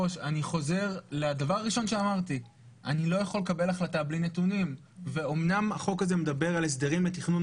המשבר האמיתי בישראל זה לא --- זה 21 קילומטר